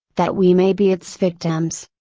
that we may be its victims.